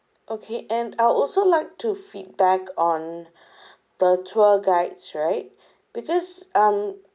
okay and I would also like to feedback on the tour guides right because um